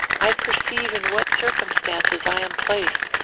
i perceive in what circumstances i am placed,